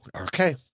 okay